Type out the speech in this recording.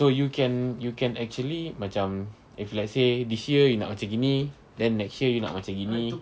so you can you can actually macam if let's say this year you nak macam gini then next year you nak macam gini